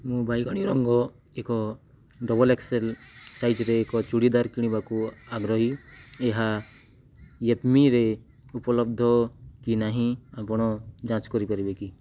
ମୁଁ ବାଇଗଣୀ ରଙ୍ଗ ଏକ ଡବଲ୍ ଏକ୍ସ ଏଲ୍ ସାଇଜ୍ରେ ଏକ ଚୁଡ଼ିଦାର କିଣିବାକୁ ଆଗ୍ରହୀ ଏହା ୟେପ୍ମିରେ ଉପଲବ୍ଧ କି ନାହିଁ ଆପଣ ଯାଞ୍ଚ କରିପାରିବେ କି